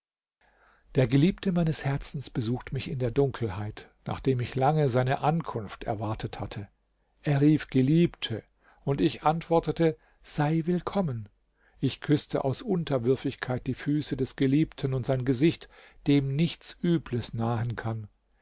der geliebte meines herzens besucht mich in der dunkelheit nachdem ich lange seine ankunft erwartet hatte er rief geliebte und ich antwortete sei willkommen ich küßte aus unterwürfigkeit die füße des geliebten und sein gesicht dem nichts übles nahen kann